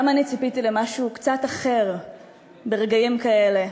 גם אני ציפיתי למשהו קצת אחר ברגעים כאלה,